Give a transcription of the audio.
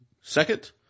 second –